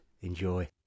Enjoy